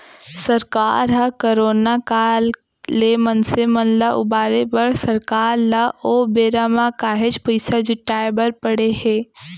सरकार ह करोना काल ले मनसे मन उबारे बर सरकार ल ओ बेरा म काहेच पइसा जुटाय बर पड़े हे